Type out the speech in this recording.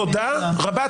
תודה רבה,